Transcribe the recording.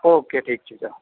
okay ઠીક છે ચાલો